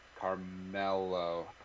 Carmelo